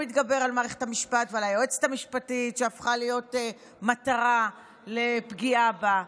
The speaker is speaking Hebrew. שמתגבר על מערכת המשפט ועל היועצת המשפטית שהפכה להיות מטרה לפגיעה בה?